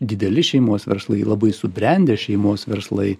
dideli šeimos verslai labai subrendę šeimos verslai